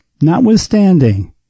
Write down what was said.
notwithstanding